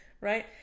right